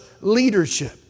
leadership